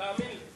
תאמין לי.